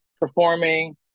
performing